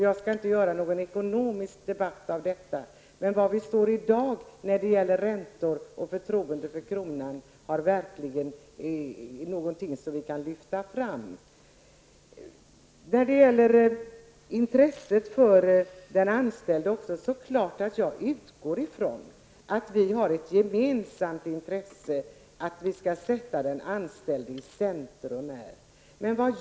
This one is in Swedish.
Jag skall inte göra någon ekonomisk debatt av detta, men var vi står i dag när det gäller räntor och förtroende för kronan är verkligen något vi kan lyfta fram. Det är klart att jag utgår från att vi har ett gemensamt intresse av att sätta den anställde i centrum.